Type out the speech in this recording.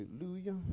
Hallelujah